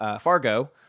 Fargo